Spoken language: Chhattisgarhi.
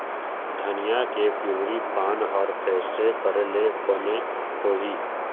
धनिया के पिवरी पान हर कइसे करेले बने होही?